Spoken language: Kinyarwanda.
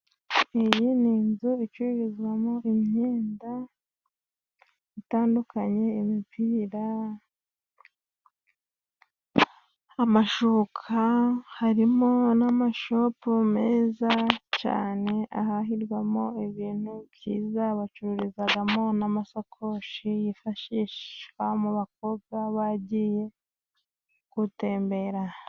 Iyi ni inzu icururizwamo imyenda itandukanye, imipira, amashuka, harimo n'amashopu meza cyane ahahirwamo ibintu byiza, bacururizamo n'amasakoshi yifashishwa mu bakobwa bagiye gutembera.